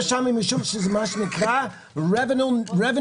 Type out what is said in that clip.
שם היא משום שזה מה שנקרא revenue neutral.